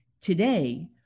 Today